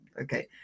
Okay